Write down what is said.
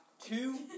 Two